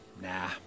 Nah